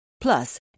Plus